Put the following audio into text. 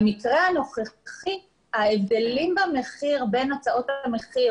במקרה הנוכחי ההבדלים במחיר בין הצעות המחיר